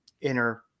inner